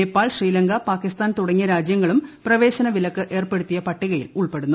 നേപ്പാൾ ശ്രീലങ്ക പാകിസ്ഥാൻ തുടങ്ങിയ രാജ്യങ്ങളും പ്രവേശന വിലക്ക് ഏർപ്പെടുത്തിയ പട്ടികയിൽ ഉൾപ്പെടുന്നു